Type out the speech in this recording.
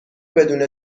بدون